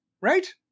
right